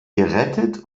gerettet